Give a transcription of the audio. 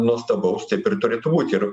nuostabaus taip ir turėtų būti ir